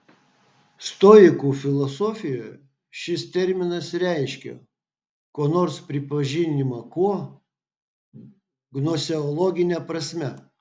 stoikų filosofijoje šis terminas reiškia ko nors pripažinimą kuo gnoseologine prasme